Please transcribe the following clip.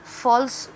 false